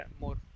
more